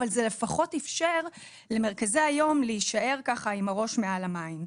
אבל זה לפחות איפשר למרכזי היום להישאר עם הראש מעל המים.